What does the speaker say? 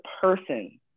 person